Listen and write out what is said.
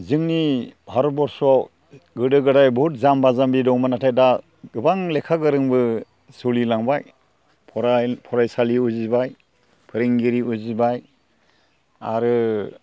जोंनि भारत बरस'आव गोदो गोदाय बहुद जामबा जामबि दंमोन नाथाय दा गोबां लेखा गोरोंबो सोलि लांबाय फरायसालि उजिबाय फोरोंगिरि उजिबाय आरो